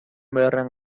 beharrean